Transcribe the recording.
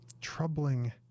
Troubling